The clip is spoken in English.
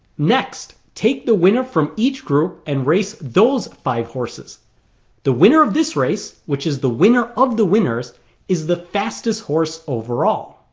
next, take the winner from each group and race those five horses the winner of this race, which is the winner of the winners is the fastest horse overall